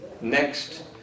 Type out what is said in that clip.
Next